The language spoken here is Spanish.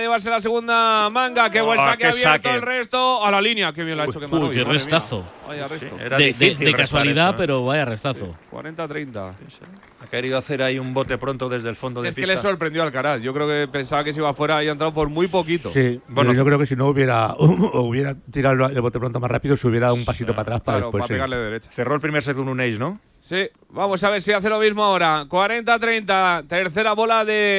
llevarse la segunda manga, qué buen Ah, saque qué abierto, el saque. resto a la línea, qué bien lo ha Uy, hecho, qué uy, maravilla, qué madre mía. restazo. Vaya Sí, resto. era De- de- difícil de restar casualidad, eso, ¿eh? pero vaya restazo. Sí, 40-30. Sí, sí. Ha querido hacer ahí un bote pronto desde el fondo Sí, de es que le pista. sorprendió Alcaraz, yo creo que pensaba que se iba fuera y ha entrado por muy poquito. Sí, Bueno, yo- c- yo creo que si no hubiera- o hubiera tirado el bote pronto más rápido, se hubiera dado un pasito Sí. para atrás para Claro, después, para sí. pegarle derecha. Cerró el primer set con un ace, ¿no? Sí, vamos a ver si hace lo mismo ahora. 40-30, tercera bola de